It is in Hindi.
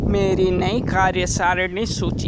मेरी नई कार्य सारणी सूचि